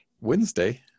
Wednesday